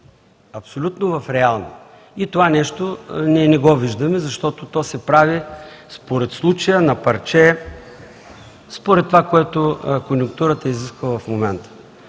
Абсолютно в реални! И това нещо ние не го виждаме, защото то се прави според случая, на парче, според това, което конюнктурата изисква в момента.